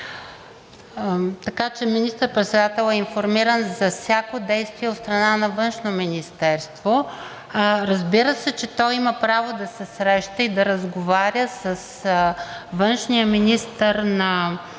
Така че министър-председателят е информиран за всяко действие от страна на Външно министерство. Разбира се, че той има право да се среща и да разговаря с външния министър на Република Северна